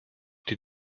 die